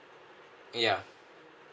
ya